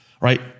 right